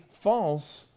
false